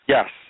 Yes